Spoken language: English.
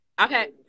okay